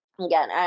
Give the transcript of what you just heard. again